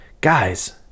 Guys